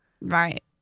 Right